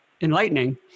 enlightening